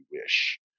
wish